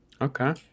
Okay